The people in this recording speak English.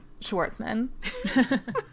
Schwartzman